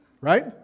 right